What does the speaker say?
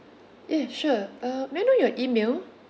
ya sure uh may I know your email